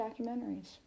documentaries